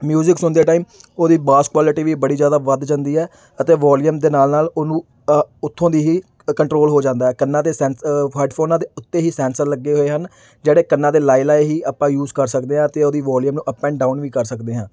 music ਸੁਣਦੇ time ਉਹਦੀ bass quality ਵੀ ਬੜੀ ਜ਼ਿਆਦਾ ਵੱਧ ਜਾਂਦੀ ਹੈ ਅਤੇ ਵੋਲਿਅਮ ਦੇ ਨਾਲ ਨਾਲ ਉਹਨੂੰ ਉੱਥੋਂ ਦੀ ਹੀ ਕੰਟਰੋਲ ਹੋ ਜਾਂਦਾ ਕੰਨਾਂ ਦੇ ਸੈਂਸ ਹੈੱਡਫੋਨਾਂ ਦੇ ਉੱਤੇ ਹੀ ਸੈਂਸਰ ਲੱਗੇ ਹੋਏ ਹਨ ਜਿਹੜੇ ਕੰਨਾਂ ਦੇ ਲਾਏ ਲਾਏ ਹੀ ਆਪਾਂ ਯੂਜ਼ ਕਰ ਸਕਦੇ ਹਾਂ ਅਤੇ ਉਹਦੀ ਵੋਲਿਅਮ ਨੂੰ ਅੱਪ ਐਂਡ ਡਾਊਨ ਵੀ ਕਰ ਸਕਦੇ ਹਾਂ